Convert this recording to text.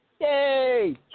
Yay